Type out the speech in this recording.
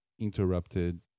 interrupted